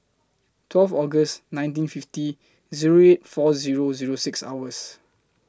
twelve August nineteen fifty Zero eight four Zero Zero six